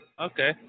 Okay